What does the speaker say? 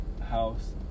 house